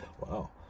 wow